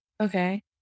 okay